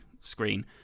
screen